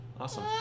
Awesome